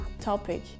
topic